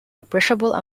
appreciable